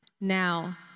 Now